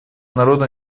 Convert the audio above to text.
народно